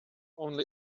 only